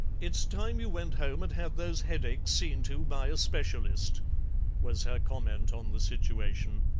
it's time you went home and had those headaches seen to by a specialist was her comment on the situation.